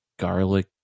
Garlic